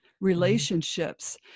relationships